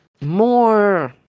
more